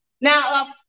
Now